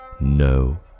No